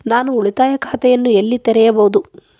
ನಾನು ಉಳಿತಾಯ ಖಾತೆಯನ್ನು ಎಲ್ಲಿ ತೆರೆಯಬಹುದು?